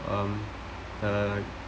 um uh